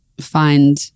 find